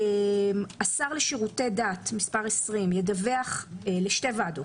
השר לשירותי דת, מס' 20, ידווח לשתי ועדות: